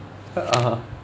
(uh huh)